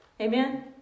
amen